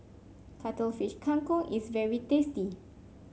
Cuttlefish Kang Kong is very tasty